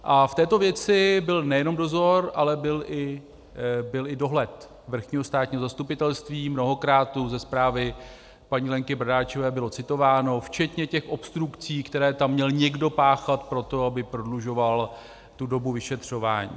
A v této věci byl nejenom dozor, ale byl i dohled vrchního státního zastupitelství, mnohokrát tu ze zprávy paní Lenky Bradáčové bylo citováno, včetně těch obstrukcí, které tam měl někdo páchat proto, aby prodlužoval tu dobu vyšetřování.